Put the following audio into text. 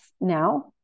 now